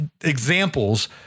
examples